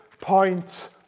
point